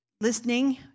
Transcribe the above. Listening